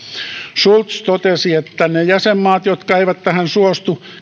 schulz totesi että ne jäsenmaat jotka eivät tähän suostu